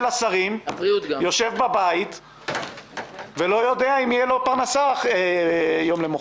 השרים יושב בבית ולא יודע אם תהיה לו פרנסה למחרת.